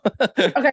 okay